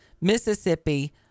Mississippi